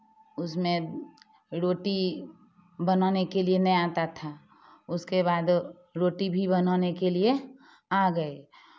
उसमें रोटी बनाने के लिए नहीं आता था उसके बाद रोटी भी बनाने के लिए आ गए